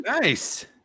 Nice